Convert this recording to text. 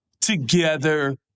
together